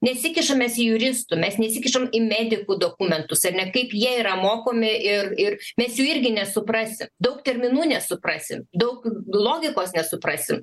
nesikišam mes į juristų mes nesikišam į medikų dokumentus ar ne kaip jie yra mokomi ir ir mes jų irgi nesuprasi daug terminų nesuprasim daug logikos nesuprasim